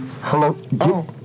Hello